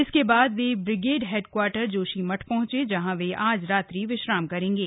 इसके बाद वो ब्रिगेड हेडक्वाटर जोशीमठ पहुंचे जहां वो आज रात्रि विश्राम करेंगे